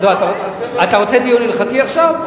אתה רוצה דיון הלכתי עכשיו?